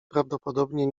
prawdopodobnie